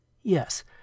yes